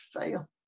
fail